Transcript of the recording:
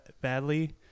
badly